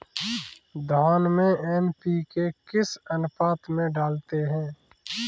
धान में एन.पी.के किस अनुपात में डालते हैं?